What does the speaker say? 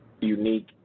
unique